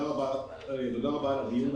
תודה רבה על הדיון.